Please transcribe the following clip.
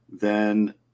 then-